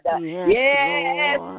Yes